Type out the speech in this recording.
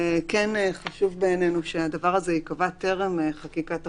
וחשוב בעינינו שהדבר הזה ייקבע טרם חקיקת החוק,